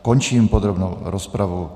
Končím podrobnou rozpravu.